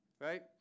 right